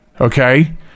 okay